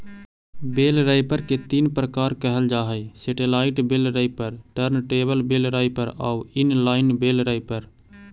बेल wrapper के तीन प्रकार कहल जा हई satellite bale wrapper, turntable bale wrapper आउ इन लाइन बेल रैपर